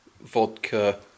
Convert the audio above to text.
vodka